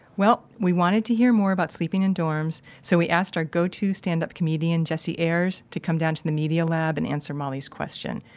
well, we wanted to hear more about sleeping in dorms. so we asked our go-to stand-up comedian, jesse ayers to come down to the media lab and answer mollie's question.